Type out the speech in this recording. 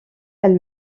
elles